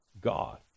God